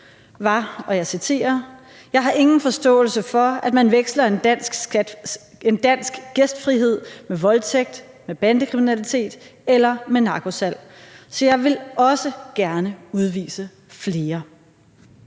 Jeg har ingen forståelse for, at man veksler en dansk gæstfrihed med voldtægt, med bandekriminalitet eller med narkosalg. Så jeg vil også gerne udvise flere.